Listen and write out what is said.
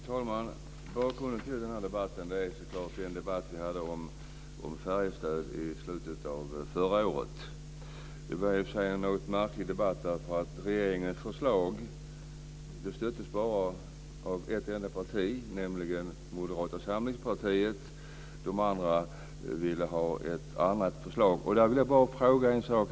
Fru talman! Bakgrunden till den här debatten är självklart den debatt som vi hade om färjestöd i slutet av förra året. Det var i och för sig en något märklig debatt, eftersom regeringens förslag bara stöddes av ett enda parti, nämligen Moderata samlingspartiet. De andra ville ha ett annat förslag. Jag vill bara ta upp en sak.